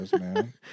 man